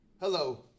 Hello